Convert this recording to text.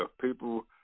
People